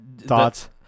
Thoughts